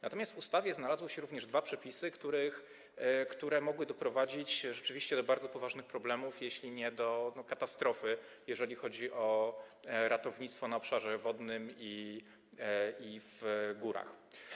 Natomiast w ustawie znalazły się również dwa przepisy, które mogły doprowadzić do bardzo poważnych problemów, jeśli nie do katastrofy, jeżeli chodzi o ratownictwo na obszarze wodnym i w górach.